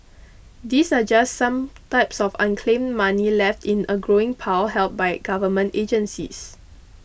these are just some types of unclaimed money left in a growing pile held by government agencies